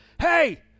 Hey